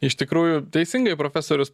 iš tikrųjų teisingai profesorius